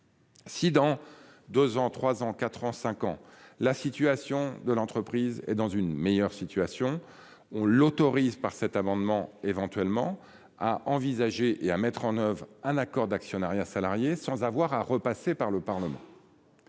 Si dans 2 ans 3 ans 4 ans 5 ans la situation de l'entreprise et dans une meilleure situation on l'autorise par cet amendement éventuellement à envisager et à mettre en oeuvre un accord d'actionnariat salarié sans avoir à repasser par le Parlement.